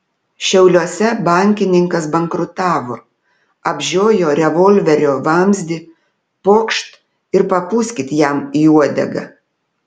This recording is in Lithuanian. šiauliuose bankininkas bankrutavo apžiojo revolverio vamzdį pokšt ir papūskit jam į uodegą